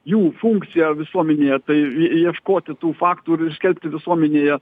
jų funkcija visuomenėje tai ie ieškoti tų faktų ir skelbti visuomenėje